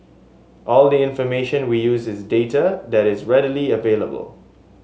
all the information we use is data that is readily available